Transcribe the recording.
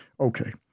Okay